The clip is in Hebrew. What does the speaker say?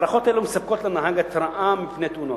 מערכות אלה מספקות לנהג התרעה מפני תאונות.